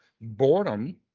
boredom